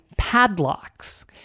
Padlocks